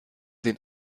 den